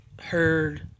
heard